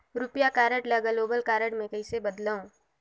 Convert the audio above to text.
रुपिया कारड ल global card मे कइसे बदलव?